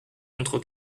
contre